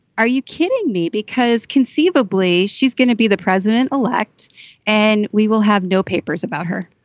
are you kidding me? because conceivably she's going to be the president elect and we will have no papers about her